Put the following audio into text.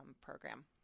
program